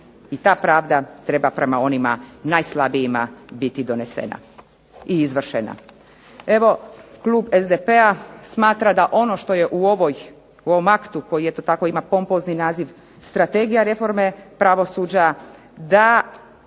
i ta pravda treba prema onim najslabijima biti donesena i izvršena. Evo klub SDP-a smatra da je u ovom aktu koji eto tako ima pompozni naziv Strategija reforme pravosuđa, da